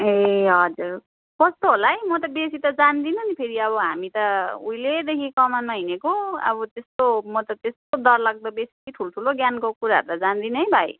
ए हजुर कस्तो होला है म त बेसी त जान्दिनँ नि फेरि अब हामी त उहिलेदेखि कमानमा हिँडेको अब त्यस्तो म त त्यस्तो डरलाग्दो बेसी ठुल्ठुलो ज्ञानको कुराहरू त जान्दिनँ है भाइ